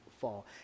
fall